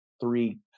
three